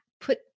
Put